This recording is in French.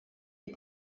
est